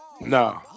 No